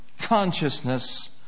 consciousness